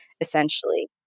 essentially